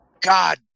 God